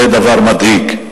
זה דבר מדאיג,